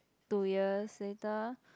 two years later